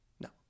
No